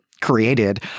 created